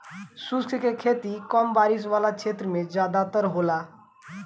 शुष्क खेती कम बारिश वाला क्षेत्र में ज़्यादातर होला